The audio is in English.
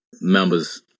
members